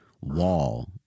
Wall